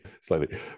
slightly